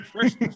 first